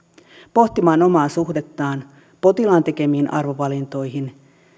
pohtimaan omaa suhdettaan potilaan tekemiin arvovalintoihin